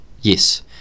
Yes